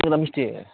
सिंग्रा मिस्थि